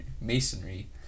masonry